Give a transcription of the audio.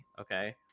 okay